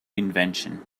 invention